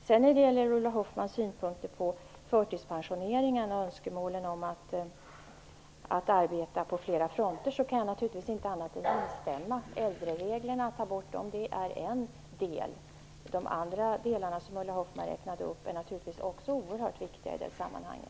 Ulla Hoffmann för fram synpunkter vad gäller förtidspensionering och önskemål om att vi där skall arbeta på flera fronter, och jag kan naturligtvis inte annat än att instämma i det hon säger. Att ta bort äldrereglerna är en del, och de andra åtgärder som Ulla Hoffmann räknade upp är naturligtvis också oerhört viktiga i det sammanhanget.